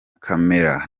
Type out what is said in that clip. camera